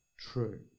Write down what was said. true